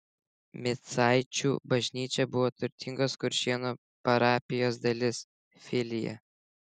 micaičių bažnyčia buvo turtingos kuršėnų parapijos dalis filija